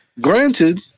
Granted